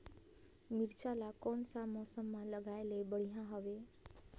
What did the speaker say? मिरचा ला कोन सा मौसम मां लगाय ले बढ़िया हवे